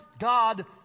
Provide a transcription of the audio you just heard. God